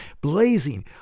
blazing